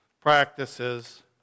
practices